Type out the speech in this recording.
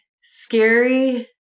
scary